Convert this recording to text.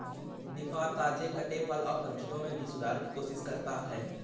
निफा, ताजे कटे फल और सब्जियों में भी सुधार की कोशिश करता है